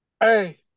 Hey